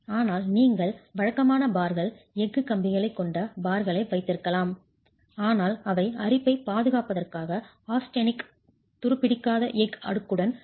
ஆனால் நீங்கள் வழக்கமான பார்கள் எஃகு கம்பிகளைக் கொண்ட பார்களை வைத்திருக்கலாம் ஆனால் அவை அரிப்பைப் பாதுகாப்பதற்காக ஆஸ்டெனிடிக் துருப்பிடிக்காத எஃகு அடுக்குடன் பூசப்பட்டிருக்கும்